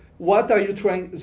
what are you trying,